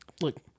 look